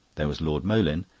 there was lord moleyn,